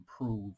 improve